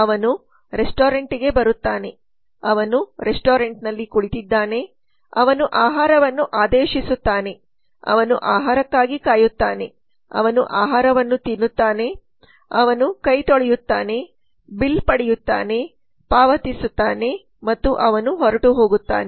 ಅವನು ರೆಸ್ಟೋರೆಂಟ್ಗೆ ಬರುತ್ತಾನೆ ಅವನು ರೆಸ್ಟೋರೆಂಟ್ನಲ್ಲಿ ಕುಳಿತಿದ್ದಾನೆ ಅವನು ಆಹಾರವನ್ನು ಆದೇಶಿಸುತ್ತಾನೆ ಅವನು ಆಹಾರಕ್ಕಾಗಿ ಕಾಯುತ್ತಾನೆ ಅವನು ಆಹಾರವನ್ನು ತಿನ್ನುತ್ತಾನೆ ಅವನು ತೊಳೆಯುತ್ತಾನೆ ಬಿಲ್ ಪಡೆಯುತ್ತಾನೆ ಪಾವತಿಸುತ್ತಾನೆ ಮತ್ತು ಅವನು ಹೊರಟು ಹೋಗುತ್ತಾನೆ